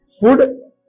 Food